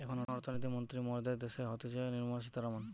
এখন অর্থনীতি মন্ত্রী মরদের ড্যাসে হতিছে নির্মলা সীতারামান